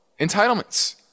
entitlements